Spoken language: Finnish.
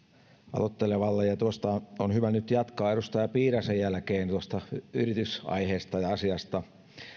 aloittelevalle ja on hyvä nyt jatkaa edustaja piiraisen jälkeen tuosta yritysaiheesta ja asiasta